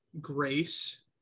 grace